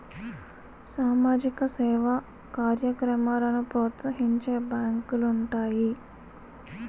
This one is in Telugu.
సామాజిక సేవా కార్యక్రమాలను ప్రోత్సహించే బ్యాంకులు ఉంటాయి